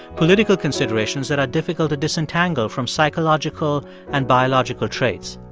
political considerations that are difficult to disentangle from psychological and biological traits.